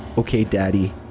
okay, daddy,